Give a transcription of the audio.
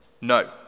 No